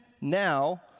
now